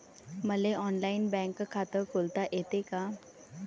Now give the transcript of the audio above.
मले online bank खात खोलता येते का?